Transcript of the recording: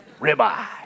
ribeye